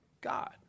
God